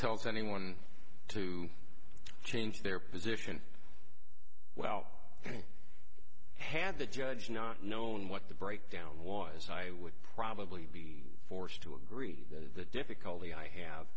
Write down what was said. tells anyone to change their position well had the judge not knowing what the breakdown was i would probably be forced to agree the difficulty i have